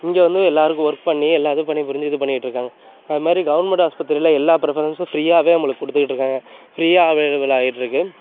இங்கே வந்து எல்லாருக்கும் ஒர்க் பண்ணி எல்லா இது பணிபுரிஞ்சு இது பண்ணிகிட்டு இருக்காங்க அது மாதிரி கவுர்மெண்ட் ஹாஸ்பத்திரியில எல்லா ப்ரிஃபரென்ஸும் ஃப்ரீயாகவே நம்மளுக்கு கொடுத்துட்டு இருக்காங்க ஃப்ரீயாக அவைலபிள் ஆயிவிட்டு இருக்கு